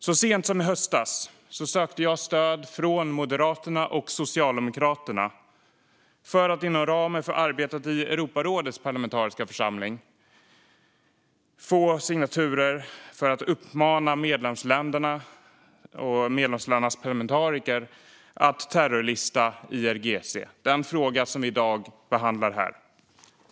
Så sent som i höstas sökte jag stöd från Moderaterna och Socialdemokraterna för att inom ramen för arbetet i Europarådets parlamentariska församling få signaturer för att uppmana medlemsländerna och medlemsländernas parlamentariker att terrorlista IRGC - den fråga som vi i dag behandlar här.